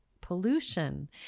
pollution